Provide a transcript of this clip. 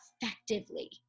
effectively